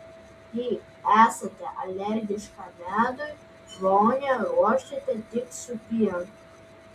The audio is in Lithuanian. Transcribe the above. jei esate alergiška medui vonią ruoškite tik su pienu